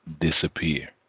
disappear